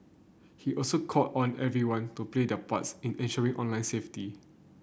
he also called on everyone to play their parts in ensuring online safety